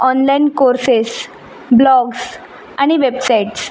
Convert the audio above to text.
online courses blogs आणि websites